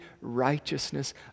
righteousness